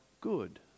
good